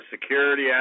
security